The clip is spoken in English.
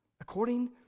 according